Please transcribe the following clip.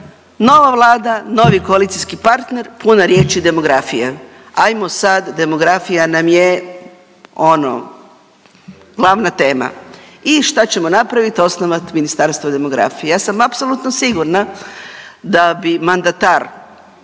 nova Vlada, novi koalicijski partner puna riječi demografije, ajmo sad demografija nam je ono glavna tema i šta ćemo napravit, osnovat Ministarstvo demografije. Ja sam apsolutno sigurna da bi mandatar